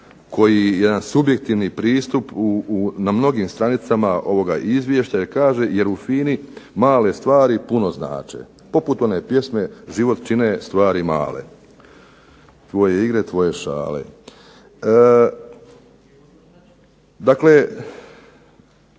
pristup, jedan subjektivni pristup na mnogim stranicama ovoga izvješća kaže jer u FINA-i male stvari puno znače. Poput one pjesme "Život čine stvari male, tvoje igre, tvoje šale". Dakle,